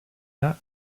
that